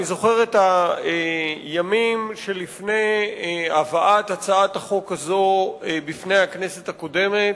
אני זוכר את הימים שלפני הבאת הצעת החוק הזאת בפני הכנסת הקודמת,